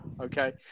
Okay